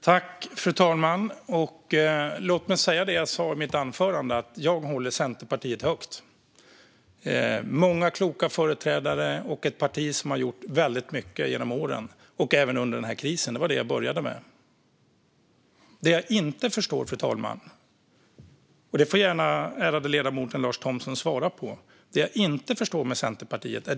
Fru talman! Låt mig säga det jag sa i mitt anförande: Jag håller Centerpartiet högt. Centerpartiet har många kloka företrädare och är ett parti som har gjort väldigt mycket genom åren och även under den här krisen. Det var detta jag började med att säga. Fru talman! Det jag inte förstår med Centerpartiet - och detta får gärna den ärade ledamoten Lars Thomsson svara på - är det jag försöker att säga.